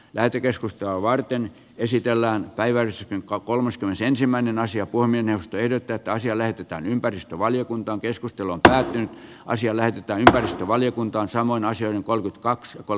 lähetekeskustelua varten esitellään päiväys jonka kolmaskymmenesensimmäinen asia kuin ennusteiden kaltaisia näytetään ympäristövaliokuntaan keskustelun tälle asialle mitään ympäristövaliokuntansa maan asioihin kolkytkaks kol